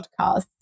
podcasts